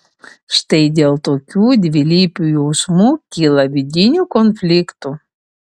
štai dėl tokių dvilypių jausmų kyla vidinių konfliktų